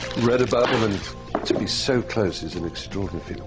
read about them. and to be so close is an extraordinary feeling.